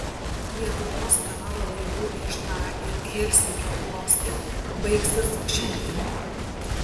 lietuvos karo laivų viešnagė helsinkio uoste baigsis šiandien